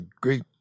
great